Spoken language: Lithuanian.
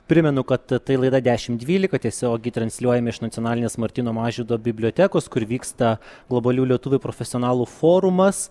primenu kad ta tai laida dešimt dvylika tiesiogiai transliuojam iš nacionalinės martyno mažvydo bibliotekos kur vyksta globalių lietuvių profesionalų forumas